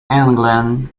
england